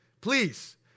please